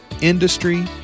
industry